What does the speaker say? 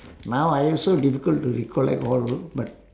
now I also difficult to recollect all but